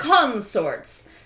consorts